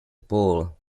ball